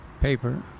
paper